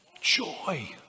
joy